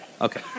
Okay